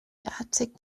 attic